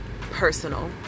personal